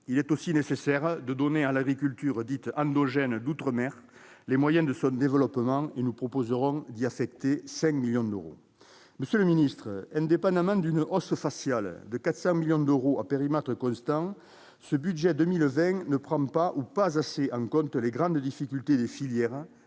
Il faut en outre donner à l'agriculture dite endogène d'outre-mer les moyens de son développement ; nous proposerons d'y affecter 5 millions d'euros. Monsieur le ministre, malgré une hausse faciale de 400 millions d'euros à périmètre constant, ce budget pour 2020 ne prend pas ou pas assez en compte les grandes difficultés des filières,